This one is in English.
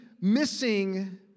missing